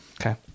Okay